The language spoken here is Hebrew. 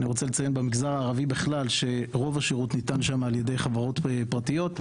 אני רוצה לציין שבמגזר הערבי רוב השירות ניתן על ידי חברות פרטיות.